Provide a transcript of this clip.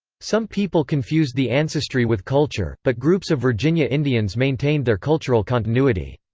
some people confused the ancestry with culture, but groups of virginia indians maintained their cultural continuity.